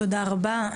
תודה רבה.